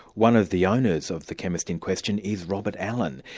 one of the owners of the chemist in question is robert allen.